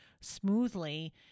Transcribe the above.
smoothly